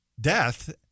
death